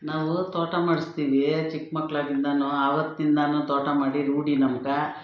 ನಾವು ತೋಟ ಮಾಡಿಸ್ತೀವಿ ಚಿಕ್ಕ ಮಕ್ಕಳಾಗಿಂದನೂ ಆವತ್ತಿಂದ ನಾನು ತೋಟ ಮಾಡಿ ರೂಢಿ ನಮಗೆ